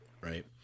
Right